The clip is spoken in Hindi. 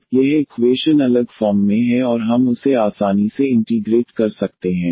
अब यह इक्वेशन अलग फॉर्म में है और हम उसे आसानी से इंटीग्रेट कर सकते हैं